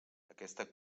aquesta